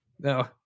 no